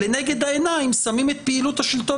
לנגד העיניים שמים את פעילות השלטון